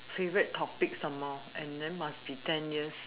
favourite topic some more and then must be ten years